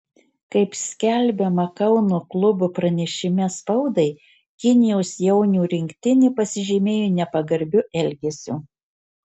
kaip skelbiama kauno klubo pranešime spaudai kinijos jaunių rinktinė pasižymėjo nepagarbiu elgesiu